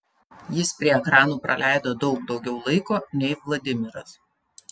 jis prie ekranų praleido daug daugiau laiko nei vladimiras